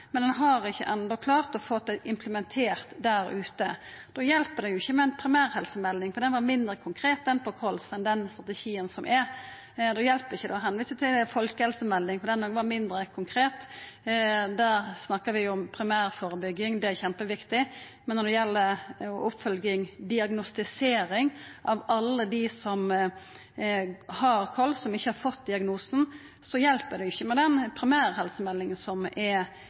men ein har enno ikkje klart å få dei implementerte. Da hjelper det jo ikkje med ei primærhelsemelding, for ho var mindre konkret for kols enn den strategien som er. Da hjelper det ikkje å visa til ei folkehelsemelding, for ho var òg mindre konkret. Da snakkar vi om primærførebygging – det er kjempeviktig. Men når det gjeld oppfølging, diagnostisering, av alle dei som har kols og ikkje har fått diagnosen, hjelper det ikkje med primærhelsemeldinga som er